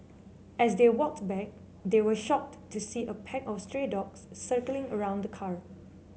as they walked back they were shocked to see a pack of stray dogs circling around the car